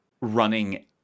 running